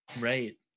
Right